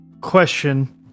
question